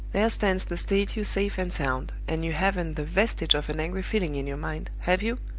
there stands the statue safe and sound! and you haven't the vestige of an angry feeling in your mind, have you?